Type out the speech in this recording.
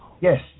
Yes